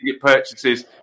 purchases